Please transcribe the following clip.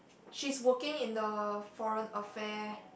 she's working in the foreign affair